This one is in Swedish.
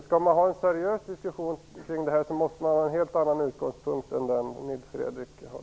Skall man ha en seriös diskussion kring de här problemen måste utgångspunkten vara en helt annan än den Nils Fredrik Aurelius har.